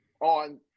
on